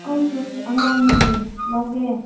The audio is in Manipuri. ꯁ꯭ꯀꯨꯜ ꯁꯨꯁ ꯑꯉꯥꯡꯒꯤ ꯂꯧꯒꯦ